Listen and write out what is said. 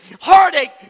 heartache